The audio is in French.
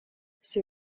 ses